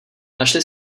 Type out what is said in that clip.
našli